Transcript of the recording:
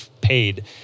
paid